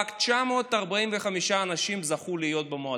רק 945 אנשים זכו להיות בו.